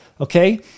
Okay